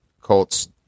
Colt's